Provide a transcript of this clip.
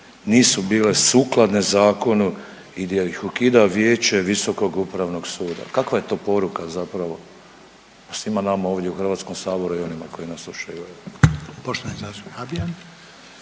nisu bile sukladne zakonu i gdje ih ukida vijeće Visokog upravnog suda. Kakva je to poruka zapravo svima nama ovdje u Hrvatskom saboru i onima koji nas slušaju?